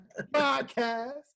podcast